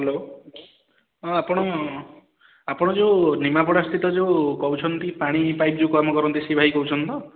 hello ହଁ ଆପଣ ଆପଣ ଯେଉଁ ନିମାପଡ଼ାସ୍ଥିତ ଯେଉଁ କହୁଛନ୍ତି ପାଣି ପାଇପ୍ ଯେଉଁ କାମ କରନ୍ତି ସେହି ଭାଇ କହୁଛନ୍ତି ତ